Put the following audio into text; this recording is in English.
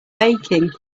baking